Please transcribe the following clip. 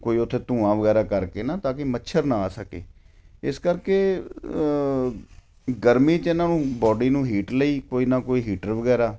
ਕੋਈ ਉੱਥੇ ਧੂੰਆ ਵਗੈਰਾ ਕਰਕੇ ਨਾ ਤਾਂ ਕਿ ਮੱਛਰ ਨਾ ਆ ਸਕੇ ਇਸ ਕਰਕੇ ਗਰਮੀ 'ਚ ਇਹਨਾਂ ਨੂੰ ਬੋਡੀ ਨੂੰ ਹੀਟ ਲਈ ਕੋਈ ਨਾ ਕੋਈ ਹੀਟਰ ਵਗੈਰਾ